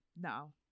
no